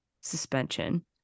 suspension